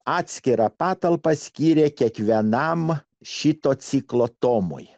atskirą patalpą skyrė kiekvienam šito ciklo tomui